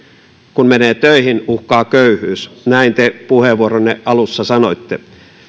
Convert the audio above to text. kun menee töihin uhkaa köyhyys näin te puheenvuoronne alussa sanoitte